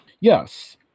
Yes